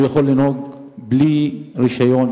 והוא יכול לנהוג בלי רשיון,